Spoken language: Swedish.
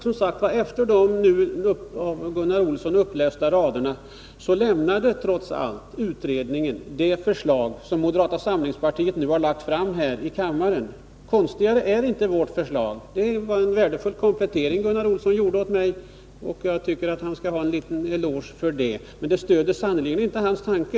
Efter de av Gunnar Olsson upplästa raderna lämnade trots allt utredningen det förslag som moderata samlingspartiet nu har lagt fram här i kammaren —- konstigare är inte vårt förslag. Det var en värdefull komplettering Gunnar Olsson gjorde åt mig, och jag tycker att han skall ha en eloge för det, men den stöder sannerligen inte hans tanke!